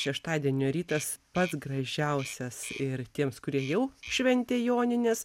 šeštadienio rytas pats gražiausias ir tiems kurie jau šventė jonines